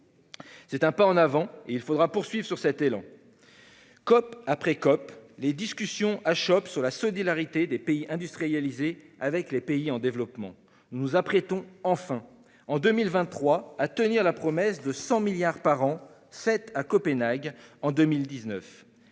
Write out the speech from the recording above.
C'est un pas en avant ; il faudra poursuivre sur cette lancée. COP après COP, les discussions achoppent sur la solidarité des pays industrialisés avec les pays en développement. Nous nous apprêtons enfin, en 2023, à tenir la promesse de 100 milliards par an faite à Copenhague en 2009.